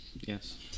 Yes